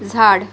झाड